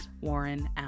Warren